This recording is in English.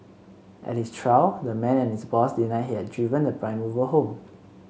at his trial the man and his boss denied he had driven the prime mover home